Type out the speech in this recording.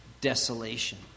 desolation